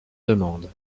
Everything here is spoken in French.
demande